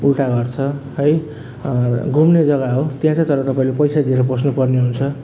उल्टा घर छ है घुम्ने जग्गा हो त्यहाँ चाहिँ तर तपाईँले पैसा दिएर पस्नुपर्ने हुन्छ